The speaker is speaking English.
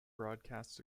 broadcasts